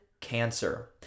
cancer